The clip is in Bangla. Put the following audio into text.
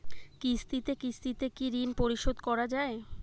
কিস্তিতে কিস্তিতে কি ঋণ পরিশোধ করা য়ায়?